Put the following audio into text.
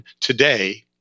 today